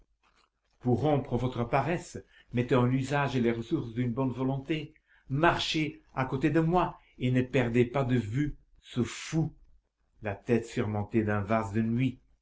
pour rompre votre paresse mettez en usage les ressources d'une bonne volonté marchez à côté de moi et ne perdez pas de vue ce fou la tête surmontée d'un vase de nuit